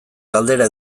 galdera